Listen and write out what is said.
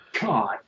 God